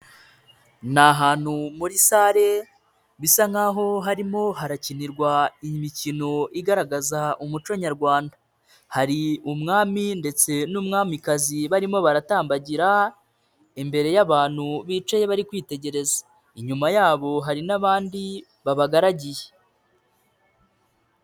Ni ahantu muri sare bisa nkaho harimo harakinirwa imikino igaragaza umuco nyarwanda, hari umwami ndetse n'umwamikazi barimo baratambagira imbere y'abantu bicaye bari kwitegereza, inyuma yabo hari n'abandi babagaragiye.